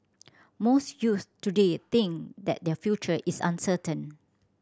most youths today think that their future is uncertain